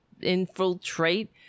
infiltrate